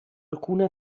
alcuna